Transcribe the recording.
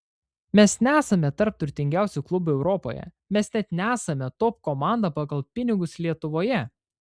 mes nesame tarp turtingiausių klubų europoje mes net nesame top komanda pagal pinigus lietuvoje